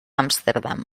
amsterdam